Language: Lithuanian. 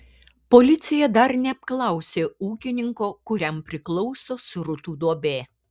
policija dar neapklausė ūkininko kuriam priklauso srutų duobė